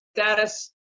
status